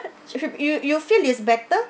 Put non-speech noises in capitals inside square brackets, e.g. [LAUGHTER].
[NOISE] you you feel is better